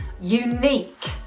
unique